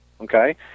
Okay